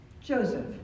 Joseph